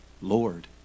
Lord